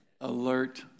alert